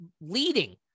leading